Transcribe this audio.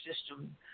system